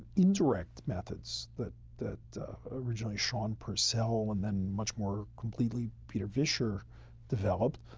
indirect methods that that originally, shaun purcell, and then much more completely peter visscher developed,